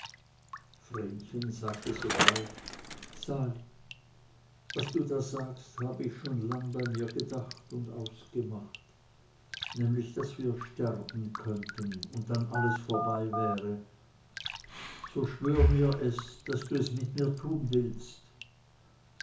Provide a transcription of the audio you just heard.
vrenchen sagte sogleich sali was du da sagst habe ich schon lang bei mir gedacht und ausgemacht nämlich daß wir sterben könnten und dann alles vorbei wäre so schwör mir es daß du es mit mir tun willst